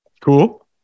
Cool